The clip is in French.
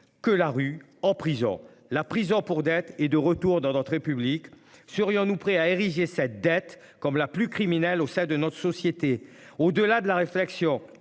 que la rue en prison la prison pour dettes est de retour dans notre République. Serions-nous prêts à ériger cette dette comme la plus criminelle au sein de notre société, au-delà de, de la réflexion